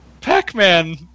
Pac-Man